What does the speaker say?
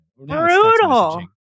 Brutal